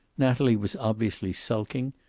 natalie was obviously sulking,